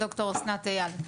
דוקטור אסנת אייל.